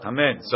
Amen